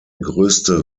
größte